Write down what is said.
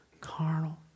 carnal